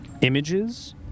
images